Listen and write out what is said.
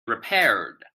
repaired